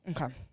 Okay